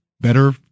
better